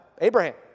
Abraham